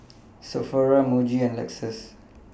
Sephora Muji and Lexus